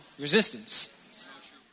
resistance